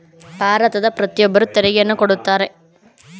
ಭಾರತದ ಪ್ರತಿಯೊಬ್ಬರು ತೆರಿಗೆಯನ್ನು ಕೊಡುತ್ತಾರೆ